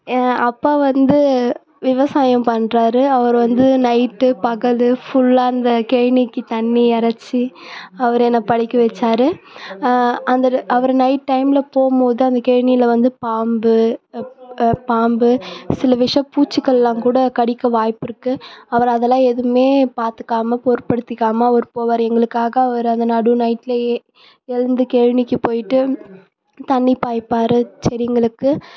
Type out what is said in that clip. என் அப்பா வந்து விவசாயம் பண்ணுறாரு அவர் வந்து நைட்டு பகல் ஃபுல்லாக அந்த கழினிக்கு தண்ணி எறைச்சி அவர் என்னை படிக்க வெச்சாரு அந்த அவர் நைட் டைமில் போகும்போது அந்த கழினில வந்து பாம்பு பாம்பு சில விஷ பூச்சிகள்லாம் கூட கடிக்க வாய்ப்பு இருக்குது அவர் அதெல்லாம் எதுவுமே பார்த்துக்காம பொருட்படுத்திக்காமல் அவர் போவார் எங்களுக்காக அவர் அந்த நடு நைட்டுலயே எழுந்து கழினிக்கு போய்ட்டு தண்ணி பாய்ப்பார் செடிகளுக்கு